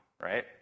right